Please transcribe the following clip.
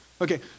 Okay